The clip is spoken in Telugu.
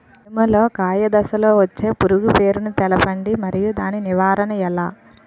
మినుము లో కాయ దశలో వచ్చే పురుగు పేరును తెలపండి? మరియు దాని నివారణ ఎలా?